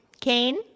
Cain